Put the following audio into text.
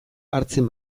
hartzen